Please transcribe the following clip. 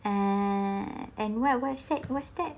and where what's that what's that